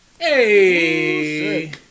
Hey